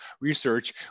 research